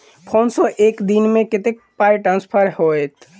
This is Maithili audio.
फोन सँ एक दिनमे कतेक पाई ट्रान्सफर होइत?